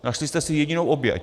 Našli jste si jedinou oběť.